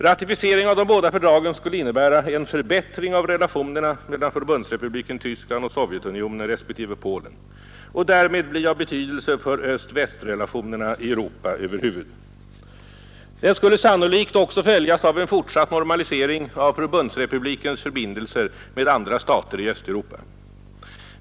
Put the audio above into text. Ratificering av de båda fördragen skulle innebära en förbättring av relationerna mellan Förbundsrepubliken Tyskland och Sovjetunionen respektive Polen och därmed bli av betydelse för öst-västrelationerna i Europa över huvud. Den skulle sannolikt även följas av en fortsatt normalisering av Förbundsrepublikens förbindelser med andra stater i Östeuropa.